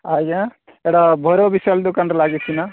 ଆଜ୍ଞା ଏଇଟା ଭୈରବ ବିଶ୍ୱାଳ ଦୋକାନରେ ଲାଗିଛି ନା